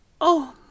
Oh